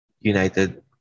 united